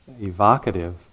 evocative